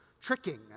tricking